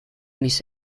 mis